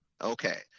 Okay